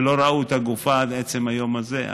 ולא ראו את הגופה עד עצם היום הזה.